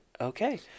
Okay